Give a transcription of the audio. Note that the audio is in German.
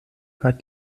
hat